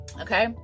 Okay